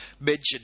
mentioned